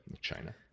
china